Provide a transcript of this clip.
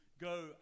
go